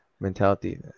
Mentality